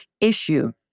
issue